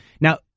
Now